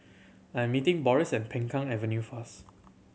I'm meeting Boris at Peng Kang Avenue first